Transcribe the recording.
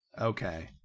Okay